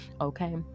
okay